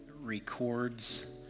records